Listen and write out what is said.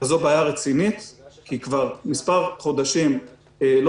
וזו בעיה רצינית כי כבר מספר חודשים לא